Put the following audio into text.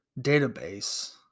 database